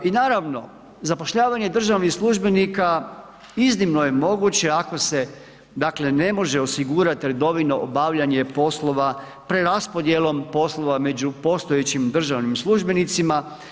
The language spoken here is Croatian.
I naravno, zapošljavanje državnih službenika iznimno je moguće ako se, dakle, ne može osigurati redovito obavljanje poslova preraspodjelom poslova među postojećim državnim službenicima.